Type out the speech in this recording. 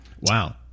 Wow